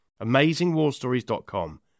AmazingWarStories.com